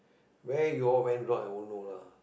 where you all went wrong I won't know lah